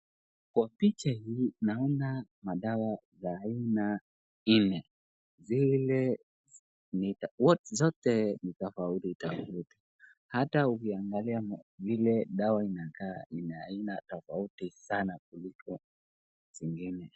Kwa picha hii naona madawa za aina nne zote ni tofauti tofauti hata ukiangalia vile dawa inakaa ni aina tofauti sana kuliko zingine.